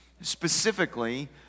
specifically